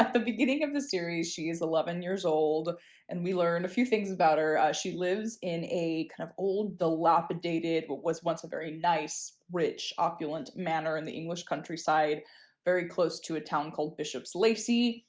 the beginning of the series she is eleven years old and we learned a few things about her. she lives in a kind of old dilapidated, what was once a very nice, rich, opulent manor in the english countryside very close to a town called bishop's lacey.